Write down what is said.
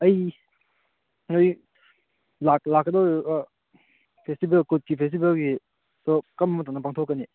ꯑꯩ ꯂꯥꯛꯀꯗꯧꯔꯤꯕ ꯐꯦꯁꯇꯤꯕꯦꯜ ꯀꯨꯠꯀꯤ ꯐꯦꯁꯇꯤꯕꯦꯜꯒꯤ ꯑꯗꯣ ꯀꯔꯝꯕ ꯃꯇꯝꯗ ꯄꯥꯡꯊꯣꯛꯀꯅꯤ